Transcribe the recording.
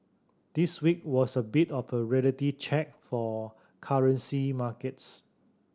this week was a bit of a reality check for currency markets